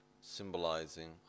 symbolizing